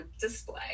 display